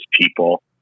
people